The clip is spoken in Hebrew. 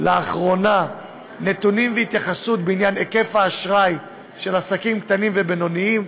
לאחרונה נתונים והתייחסות בעניין היקף האשראי של עסקים קטנים ובינוניים.